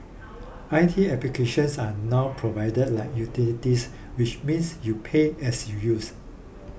I T applications are now provided like utilities which means you pay as you use